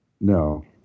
No